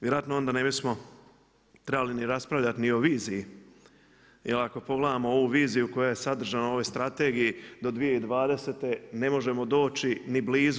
Vjerojatno onda ne bismo trebali ni raspravljati ni o viziji jel ako pogledamo ovu viziju koja je sadržana u ovoj strategiji do 2020. ne možemo doći ni blizu.